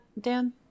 Dan